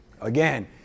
Again